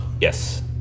Yes